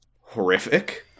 horrific